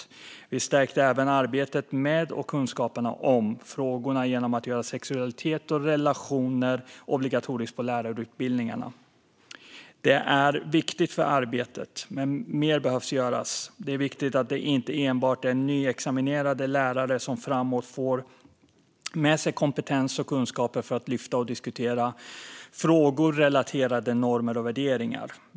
Vi stärkte även arbetet med och kunskaperna om frågorna genom att göra ämnet sexualitet och relationer obligatoriskt på lärarutbildningarna. Detta är viktigt för arbetet, men mer behöver göras. Det är viktigt att det inte enbart är nyutexaminerade lärare som framöver får med sig kompetens och kunskaper för att kunna lyfta och diskutera frågor som gäller normer och värderingar.